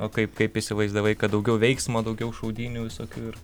o kaip kaip įsivaizdavai kad daugiau veiksmo daugiau šaudynių visokių ir